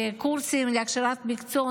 וקורסים להכשרת מקצוע,